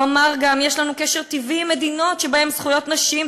הוא אמר גם: יש לנו קשר טבעי עם מדינות שבהן זכויות נשים,